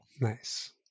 nice